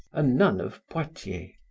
a nun of poitiers.